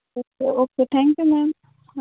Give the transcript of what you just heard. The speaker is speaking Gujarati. okay okay thank you ma'am